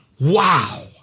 Wow